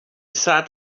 sat